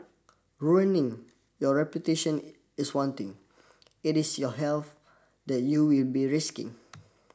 ruining your reputation is one thing it is your health that you will be risking